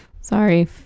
sorry